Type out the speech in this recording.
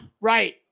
right